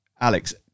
Alex